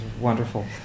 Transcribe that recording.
wonderful